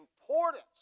importance